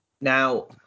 Now